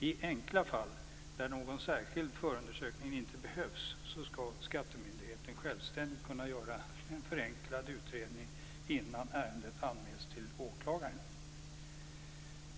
I enkla fall, där någon särskild förundersökning inte behövs, skall skattemyndigheten självständigt kunna göra en förenklad utredning innan ärendet anmäls till åklagaren.